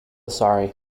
sorry